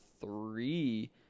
three